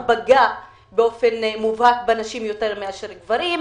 הוא פגע באופן מובהק בנשים יותר מאשר גברים,